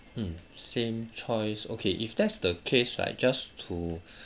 mm same choice okay if that's the case right just to